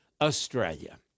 Australia